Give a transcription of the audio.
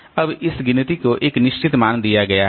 अब इस गिनती को एक निश्चित मान दिया गया है